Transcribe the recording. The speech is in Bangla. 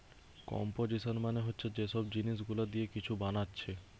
কম্পোজিশান মানে হচ্ছে যে সব জিনিস গুলা দিয়ে কিছু বানাচ্ছে